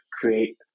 create